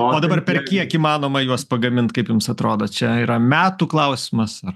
o dabar per kiek įmanoma juos pagamint kaip jums atrodo čia yra metų klausimas ar